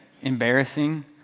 embarrassing